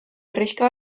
herrixka